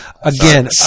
Again